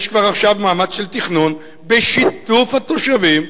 יש כבר עכשיו מאמץ של תכנון, בשיתוף התושבים,